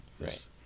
right